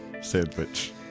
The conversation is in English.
sandwich